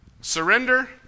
Surrender